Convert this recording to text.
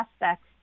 aspects